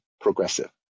progressive